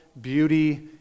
beauty